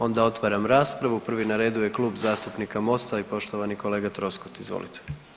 Onda otvaram raspravu, prvi na redu je Klub zastupnika MOST-a i poštovani kolega Troskot, izvolite.